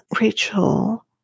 rachel